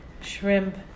shrimp